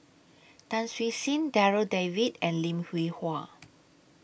Tan Siew Sin Darryl David and Lim Hwee Hua